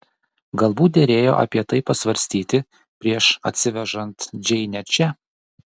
galbūt derėjo apie tai pasvarstyti prieš atsivežant džeinę čia